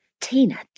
Tina